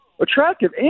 attractive